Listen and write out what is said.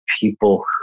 people